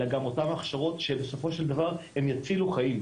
אלא גם אותן הכשרות שבסופו של דבר הן יצילו חיים,